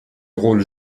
rôle